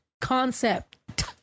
concept